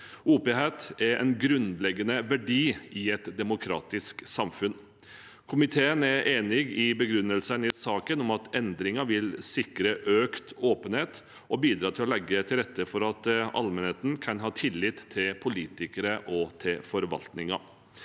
Åpenhet er en grunnleggende verdi i et demokratisk samfunn. Komiteen er enig i begrunnelsene i saken om at endringen vil sikre økt åpenhet og bidra til å legge til rette for at allmennheten kan ha tillit til politikerne og forvaltningen.